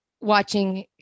watching